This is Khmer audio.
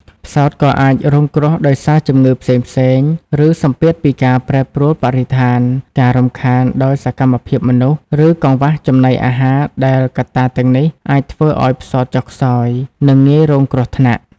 ផ្សោតក៏អាចរងគ្រោះដោយសារជំងឺផ្សេងៗ ឬសម្ពាធពីការប្រែប្រួលបរិស្ថាន ការរំខានដោយសកម្មភាពមនុស្ស ឬកង្វះចំណីអាហារដែលកត្តាទាំងនេះអាចធ្វើឱ្យផ្សោតចុះខ្សោយ និងងាយរងគ្រោះថ្នាក់។